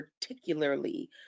particularly